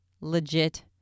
legit